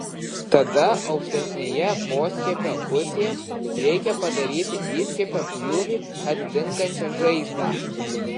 tada aukštesnėje poskiepio pusėje reikia padaryti įskiepio pjūvį atitinkančią žaizdą